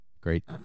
Great